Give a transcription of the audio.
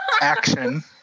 Action